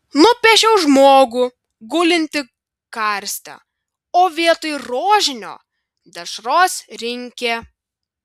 nupiešiau žmogų gulintį karste o vietoj rožinio dešros rinkė